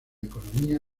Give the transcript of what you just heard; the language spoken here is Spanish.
economía